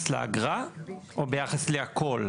בוימל זה ביחס לאגרה או ביחס לכל?